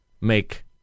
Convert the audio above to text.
make